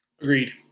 Agreed